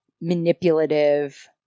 manipulative